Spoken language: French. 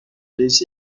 les